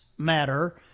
matter